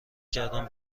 کردم